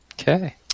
Okay